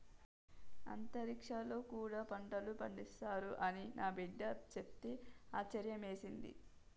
అంతరిక్షంలో కూడా పంటలు పండిస్తారు అని నా బిడ్డ చెప్తే ఆశ్యర్యమేసింది